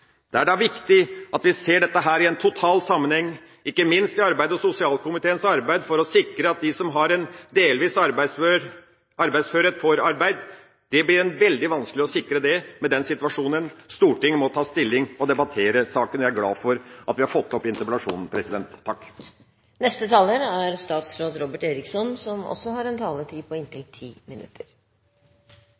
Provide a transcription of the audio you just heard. Det er viktig at vi ser dette i en total sammenheng, ikke minst i arbeids- og sosialkomiteens arbeid for å sikre at de som har en delvis arbeidsførhet, får arbeid. Det blir veldig vanskelig å sikre det med den situasjonen. Stortinget må ta stilling til og debattere saken. Jeg er glad for at vi har fått opp interpellasjonen. La meg starte med å takke interpellanten for å sette en viktig debatt på